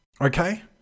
okay